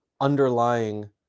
underlying